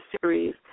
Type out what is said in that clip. series